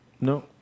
No